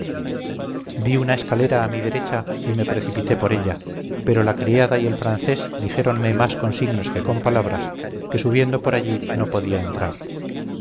vi una escalera a mi derecha y me precipité por ella pero la criada y el francés dijéronme más con signos que con palabras que subiendo por allí no podía entrar